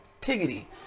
Tiggity